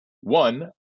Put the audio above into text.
one –